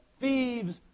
thieves